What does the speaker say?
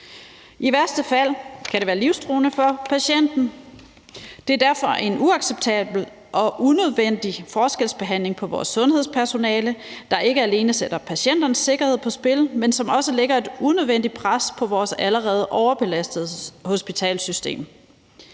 I værste fald kan det være livstruende for patienten. Der er derfor tale om en uacceptabel og unødvendig forskelsbehandling af vores sundhedspersonale, der ikke alene sætter patienternes sikkerhed på spil, men som også lægger et unødvendigt pres på vores allerede overbelastede hospitalssystem.